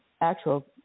actual